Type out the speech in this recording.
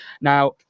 Now